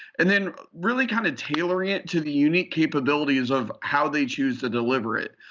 and then really kind of tailoring it to the unique capabilities of how they choose to deliver it.